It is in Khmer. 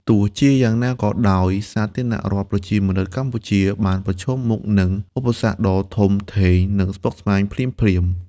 ទោះជាយ៉ាងណាក៏ដោយសាធារណរដ្ឋប្រជាមានិតកម្ពុជា បានប្រឈមមុខនឹងឧបសគ្គដ៏ធំធេង និងស្មុគស្មាញភ្លាមៗ។